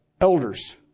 elders